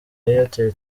airtel